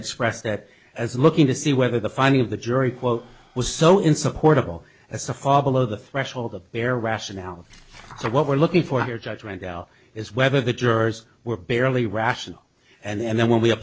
expressed that as looking to see whether the finding of the jury quote was so insupportable as to fall below the threshold of their rationality so what we're looking for here judgement out is whether the jurors were barely rational and then when we